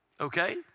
okay